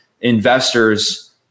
investors